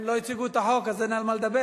לא הציגו את החוק, אז אין על מה לדבר.